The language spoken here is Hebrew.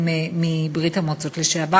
ההפטיטיס C הם עולים מברית-המועצות לשעבר.